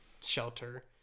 shelter